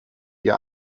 ihr